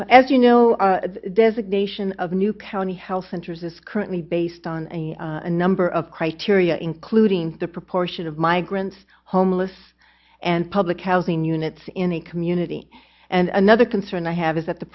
changed as you know designation of new county health centers is currently based on a number of criteria including the proportion of migrants homeless and public housing units in the community and another concern i have is that the